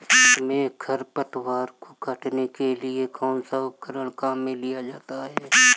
खेत में खरपतवार को काटने के लिए कौनसा उपकरण काम में लिया जाता है?